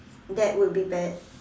that would be bad